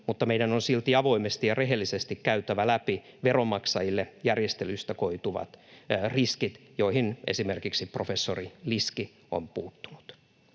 mutta meidän on silti avoimesti ja rehellisesti käytävä läpi veronmaksajille järjestelyistä koituvat riskit, joihin esimerkiksi professori Liski on puuttunut.